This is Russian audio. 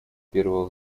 первого